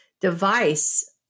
device